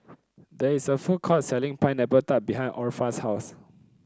there is a food court selling Pineapple Tart behind Orpha's house